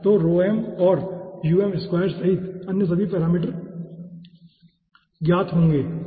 तो और सहित अन्य सभी पैरामीटर ज्ञात होंगे ठीक है